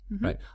Right